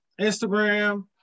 Instagram